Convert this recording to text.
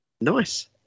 nice